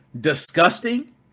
disgusting